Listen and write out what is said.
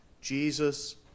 Jesus